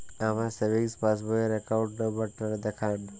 আমার সেভিংস পাসবই র অ্যাকাউন্ট নাম্বার টা দেখান?